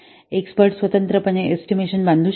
expert स्वतंत्रपणे estimation बांधू शकतात